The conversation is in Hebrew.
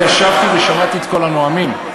אני ישבתי ושמעתי את כל הנואמים,